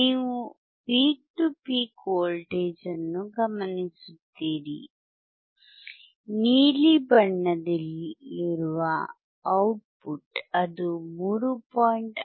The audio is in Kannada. ನೀವು ಪೀಕ್ ಟು ಪೀಕ್ ವೋಲ್ಟೇಜ್ ಅನ್ನು ಗಮನಿಸುತ್ತೀರಿ ನೀಲಿ ಬಣ್ಣದಲ್ಲಿರುವ ಔಟ್ಪುಟ್ ಅದು 3